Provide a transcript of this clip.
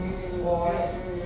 mm mm mm